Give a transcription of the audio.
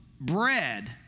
Bread